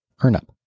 EarnUp